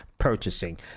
purchasing